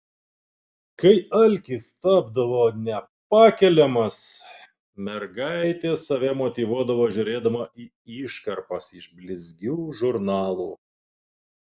kai alkis tapdavo nepakeliamas mergaitė save motyvuodavo žiūrėdama į iškarpas iš blizgių žurnalų